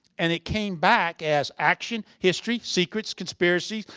and it came back as action, history, secrets, conspiracies,